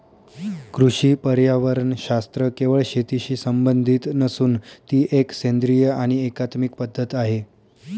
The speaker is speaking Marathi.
कृषी पर्यावरणशास्त्र केवळ शेतीशी संबंधित नसून ती एक सेंद्रिय आणि एकात्मिक पद्धत आहे